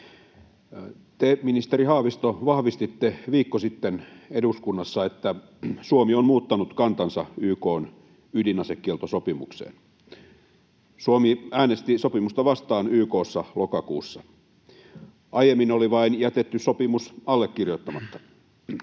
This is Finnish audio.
Te, ministeri Haavisto, vahvistitte viikko sitten eduskunnassa, että Suomi on muuttanut kantansa YK:n ydinasekieltosopimukseen. Suomi äänesti sopimusta vastaan YK:ssa lokakuussa. Aiemmin oli vain jätetty sopimus allekirjoittamatta.